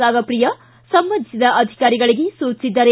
ರಾಗಪ್ರಿಯಾ ಸಂಬಂಧಿಸಿದ ಅಧಿಕಾರಿಗಳಿಗೆ ಸೂಚಿಸಿದ್ದಾರೆ